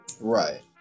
Right